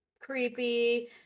creepy